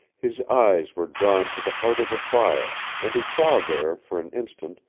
his eyes were drawn to the heart of the fire, and he saw there for an instant,